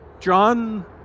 John